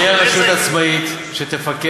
זאת תהיה רשות עצמאית שתפקח,